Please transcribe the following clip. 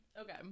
Okay